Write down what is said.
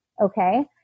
Okay